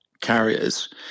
carriers